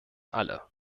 alle